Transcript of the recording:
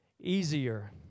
easier